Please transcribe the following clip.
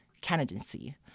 candidacy